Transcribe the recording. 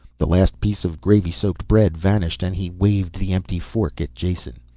the last piece of gravy-soaked bread vanished and he waved the empty fork at jason.